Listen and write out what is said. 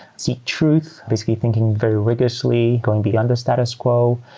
seek truth, basically thinking very rigorously, going beyond the status quo.